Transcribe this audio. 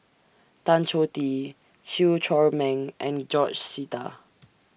Tan Choh Tee Chew Chor Meng and George Sita